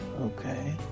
Okay